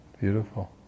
Beautiful